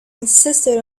insisted